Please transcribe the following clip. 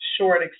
short